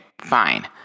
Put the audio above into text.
fine